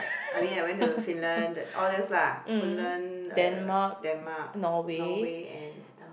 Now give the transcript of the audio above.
I mean I went to Finland that all those lah Finland err Denmark Norway and one more